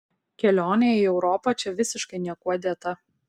kelionė į europą čia visiškai niekuo dėta